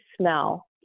smell